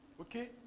Okay